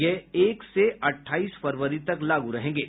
ये एक से अट्ठाईस फरवरी तक लागू रहेंगे